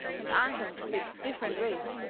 and answering of it different ways.